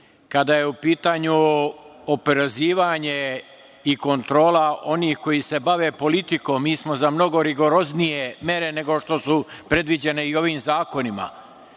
Kada je u pitanju oporezivanje i kontrola onih koji se bave politikom, mi smo za mnogo rigoroznije mere nego što su predviđene ovim zakonima. Svako